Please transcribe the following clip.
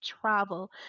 travel